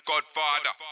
Godfather